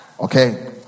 Okay